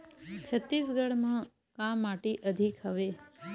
छत्तीसगढ़ म का माटी अधिक हवे?